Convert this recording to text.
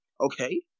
Okay